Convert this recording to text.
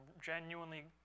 genuinely